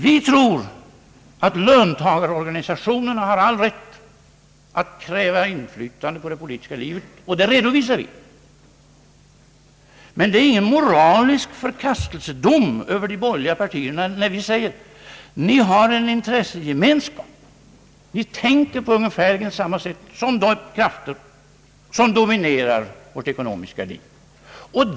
Vi tror att löntagarorganisationerna har all rätt att kräva inflytande på det politiska livet. Men det är ingen moralisk förkastelsedom över de borgerliga partierna när vi säger att ni har en intressegemenskap. Ni tänker på ungefär samma sätt som de krafter vilka dominerar vårt ekonomiska liv.